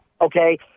Okay